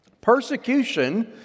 Persecution